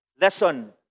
lesson